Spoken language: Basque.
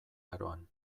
aroan